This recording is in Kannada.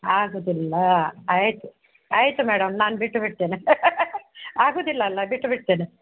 ಆಗೋದಿಲ್ಲ ಆಯಿತು ಆಯಿತು ಮೇಡಮ್ ನಾನು ಬಿಟ್ಟು ಬಿಡ್ತೇನೆ ಆಗೋದಿಲ್ಲ ಅಲ್ವ ಬಿಟ್ಟು ಬಿಡ್ತೇನೆ